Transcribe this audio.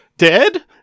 dead